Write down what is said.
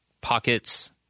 pockets